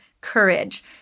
courage